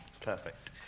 perfect